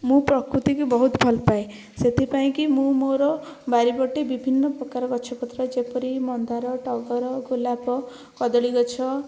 ମୁଁ ପ୍ରକୃତିକୁ ବହୁତ ଭଲ ପାଏ ସେଥିପାଇଁକି ମୁଁ ମୋର ବାରିପଟେ ବିଭିନ୍ନ ପ୍ରକାର ଗଛ ପତ୍ର ଯେପରି ମନ୍ଦାର ଟଗର ଗୋଲାପ କଦଳୀ ଗଛ